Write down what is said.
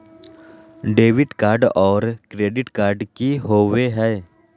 Debit card और credit card की होवे हय?